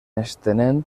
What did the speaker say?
estenent